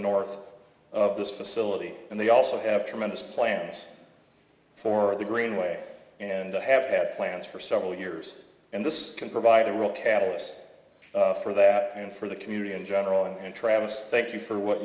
north of this facility and they also have tremendous plans for the greenway and have had plans for several years and this can provide a real catalyst for them and for the community in general and traverse thank you for what